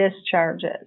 discharges